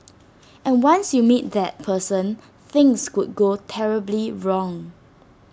and once you meet that person things could go terribly wrong